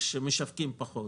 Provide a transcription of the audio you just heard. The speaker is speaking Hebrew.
כשמשווקים פחות